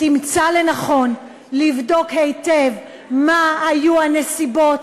תמצא לנכון לבדוק היטב מה היו הנסיבות